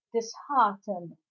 disheartened